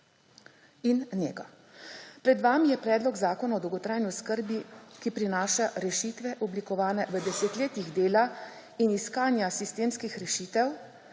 in nego. Pred vami je Predlog Zakona o dolgotrajni oskrbi, ki prinaša rešitve oblikovane v desetletjih dela in iskanja sistemskih rešitev,